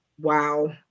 wow